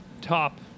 top